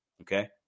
Okay